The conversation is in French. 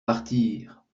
martyrs